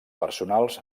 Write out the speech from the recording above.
personals